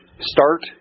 start